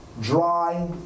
dry